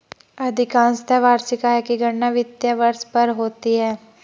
अधिकांशत वार्षिक आय की गणना वित्तीय वर्ष पर होती है